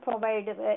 provide